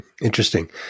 Interesting